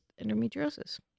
endometriosis